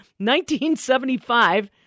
1975